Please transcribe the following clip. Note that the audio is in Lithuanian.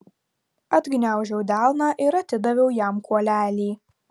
atgniaužiau delną ir atidaviau jam kuolelį